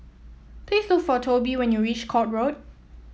please look for Tobe when you reach Court Road